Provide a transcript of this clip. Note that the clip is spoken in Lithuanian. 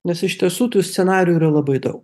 nes iš tiesų tų scenarijų yra labai daug